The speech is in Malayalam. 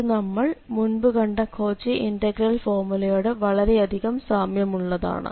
ഇത് നമ്മൾ മുൻപ് കണ്ട കോച്ചി ഇന്റഗ്രൽ ഫോർമുലയോട് വളരെയധികം സാമ്യമുള്ളതാണ്